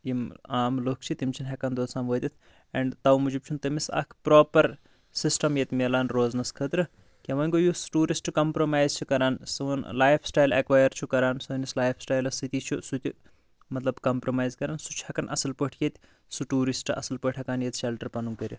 یِم عام لُکھ چھِ تِم چھِنہٕ ہیکان توٚتَس تام وٲتِتھ اینڈ توٕ موٗجوٗب چھِنہٕ تٔمِس اکھ پراپَر سِسٹَم ییٚتہِ ملان روزنَس خٲطرٕ کینٛہہ وۄنۍ گوٚو یُس ٹورِسٹ کَمپرومایِز چھِ کَران سون لایِف سِٹایِل ایکۄیَر چھِ کَران سٲنِس لایِف سِٹایِلس سۭتی چھُ سُہ تہِ مطلب کَمپرومایِز کَران سُہ چھُ ہیکان اصل پٲٹھۍ ییٚتہ سُہ ٹورِسٹ اصل پٲٹھۍ ہٮ۪کان ییٚتہِ شَلٹَر پَنُن کٔرِتھ